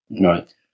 Right